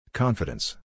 Confidence